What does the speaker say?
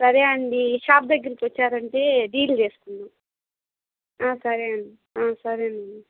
సరే అండి షాప్ దగ్గరికి వచ్చారంటే డీడీ వేసుకుందాం సరే ఆ సరే అండి